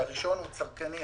שהראשון הוא צרכני,